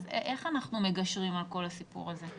איך אנחנו מגשרים על כל הסיפור הזה?